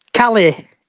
Callie